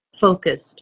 focused